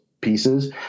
pieces